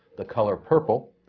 the color purple,